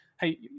Hey